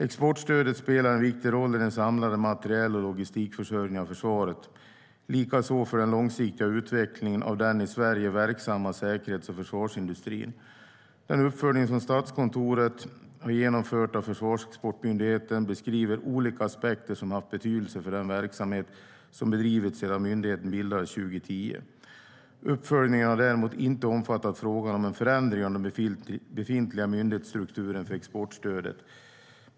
Exportstödet spelar en viktig roll i den samlade materiel och logistikförsörjningen av försvaret, likaså för den långsiktiga utvecklingen av den i Sverige verksamma säkerhets och försvarsindustrin. Den uppföljning som Statskontoret har genomfört av Försvarsexportmyndigheten beskriver olika aspekter som haft betydelse för den verksamhet som bedrivits sedan myndigheten bildades 2010. Uppföljningen har däremot inte omfattat frågan om en förändring av den befintliga myndighetsstrukturen för exportstödet.